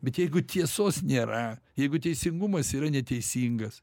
bet jeigu tiesos nėra jeigu teisingumas yra neteisingas